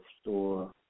store